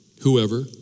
Whoever